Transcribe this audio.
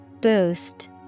Boost